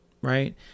right